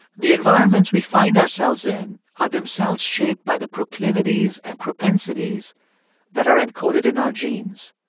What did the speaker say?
the environments we find ourselves in are themselves shaped by the proclivities and propensities that are encoded in our genes.